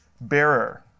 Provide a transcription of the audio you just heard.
bearer